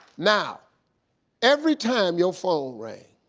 now every time your phone rings,